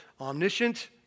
omniscient